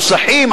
על נוסחים,